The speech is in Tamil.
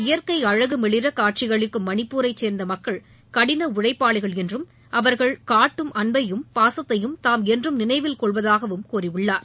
இயற்கை அழகு மிளிர காட்சி அளிக்கும் மணிப்பூரைச் சேர்ந்த மக்கள் கடின உழைப்பாளிகள் என்றும் அவர்கள் காட்டும் அன்பையும் பாசத்தையும் தாம் என்றும் நினைவில் கொள்வதாகவும் கூறியுள்ளார்